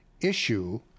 issue